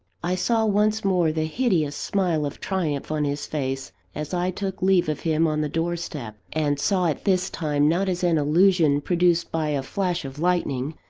i saw once more the hideous smile of triumph on his face, as i took leave of him on the doorstep and saw it, this time, not as an illusion produced by a flash of lightning,